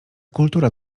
kultura